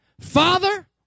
father